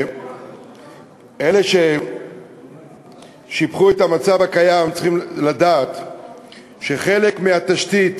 אלה ששיבחו את המצב הקיים צריכים לדעת שחלק מהתשתית